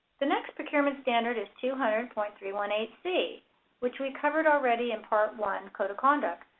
the next procurement standard is two hundred point three one eight c which we covered already in part one, code of conduct,